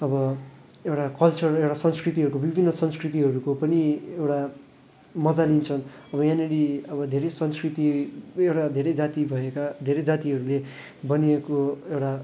अब एउटा कल्चर एउटा संस्कृतिहरूको विभिन्न संस्कृतिहरूको पनि एउटा मज्जा लिन्छन् अब यहाँनिर अब धेरै संस्कृति एउटा धेरै जाति भएका धेरै जातिहरूले बनिएको एउटा